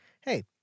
hey